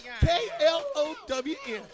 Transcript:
K-L-O-W-N